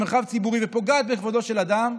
ופוגעת בכבודו של אדם,